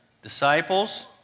Disciples